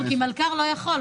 כי מלכ"ר לא יכול.